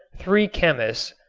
three chemists,